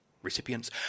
Recipients